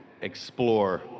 explore